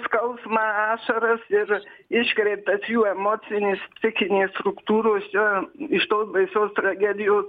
skausmą ašaras ir iškreiptas jų emocinės psichinės struktūros jom iš tos baisios tragedijos